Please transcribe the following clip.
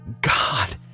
God